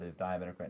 diabetic